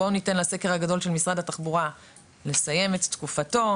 בואו ניתן לסקר הגדול של משרד התחבורה לסיים את תקופתו,